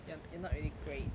you're you're not really great